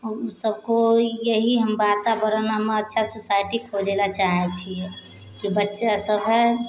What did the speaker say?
सब कोइ इएह हम वातावरण हम अच्छा सोसाइटी खोजैलए चाहै छिए कि बच्चा सब हइ